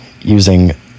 using